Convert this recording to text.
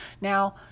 Now